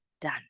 done